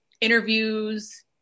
interviews